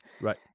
Right